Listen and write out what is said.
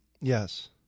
Yes